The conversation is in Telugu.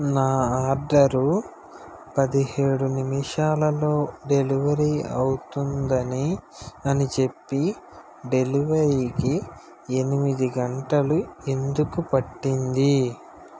నా ఆర్డరు పదిహేడు నిమిషాలలో డెలివరీ అవుతుందని అని చెప్పి డెలివరీకి ఎనిమిది గంటలు ఎందుకు పట్టింది